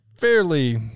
fairly